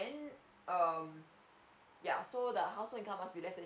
um ya so the household income must be less than